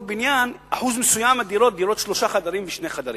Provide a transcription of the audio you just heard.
בניין אחוז מסוים של דירות שלושה חדרים ושני חדרים,